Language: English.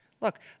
Look